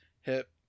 hip